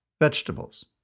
vegetables